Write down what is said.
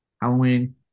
Halloween